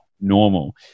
normal